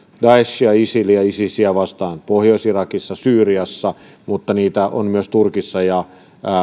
daeshia isiliä ja isisiä vastaan pohjois irakissa syyriassa mutta kurdeja on myös turkissa ja